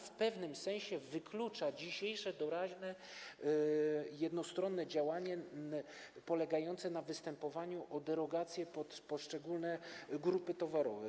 W pewnym sensie wyklucza ona dzisiejsze doraźne i jednostronne działanie polegające na występowaniu o derogacje w przypadku poszczególnych grup towarów.